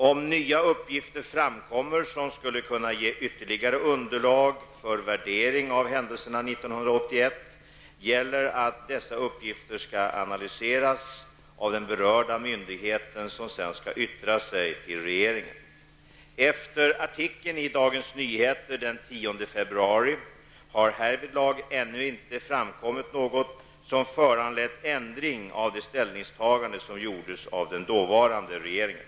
Om nya uppgifter framkommer, som skulle kunna ge ytterligare underlag för värdering av händelserna 1981, gäller att dessa uppgifter skall analyseras av den berörda myndigheten, som sedan skall yttra sig till regeringen. Efter artikeln i Dagens Nyheter den 10 februari har härvidlag ännu inte framkommit något som föranlett ändring av det ställningstagande som gjordes av den dåvarande regeringen.